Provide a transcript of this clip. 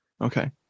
Okay